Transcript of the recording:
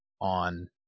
on